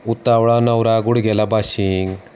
उतावळा नवरा गुडघ्याला बाशींग